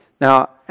Now